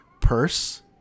purse